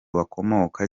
bakomoka